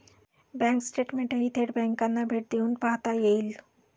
bank स्टेटमेंटही थेट बँकांना भेट देऊन पाहता येईल